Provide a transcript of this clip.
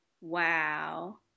Wow